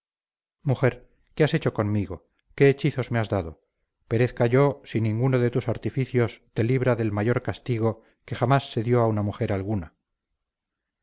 mujer qué has hecho conmigo qué hechizos me has dado perezca yo si ninguno de tus artificios te libra del mayor castigo que jamás se dio a una mujer alguna